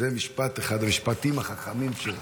זה אחד המשפטים החכמים שלו.